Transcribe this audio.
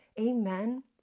Amen